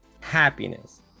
happiness